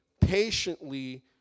patiently